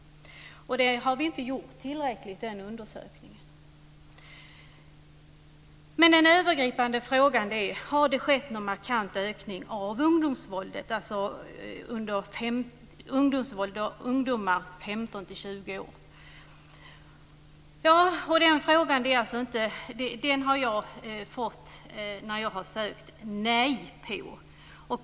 Detta har man inte undersökt tillräckligt. Men den övergripande frågan är: Har det skett någon markant ökning av ungdomsvåldet när det gäller ungdomar i åldern 15-20 år? När jag har ställt den frågan har jag fått höra att svaret är nej.